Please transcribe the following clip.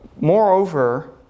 Moreover